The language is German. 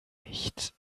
nicht